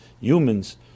humans